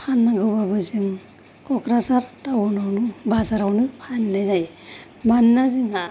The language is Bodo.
फाननांगौब्लाबो जों क'क्राझार टाउनावनो बाजारावनो फाननाय जायो मानोना जोंहा